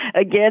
again